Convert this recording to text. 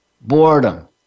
boredom